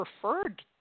preferred